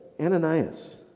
Ananias